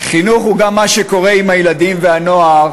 חינוך הוא גם מה שקורה עם הילדים והנוער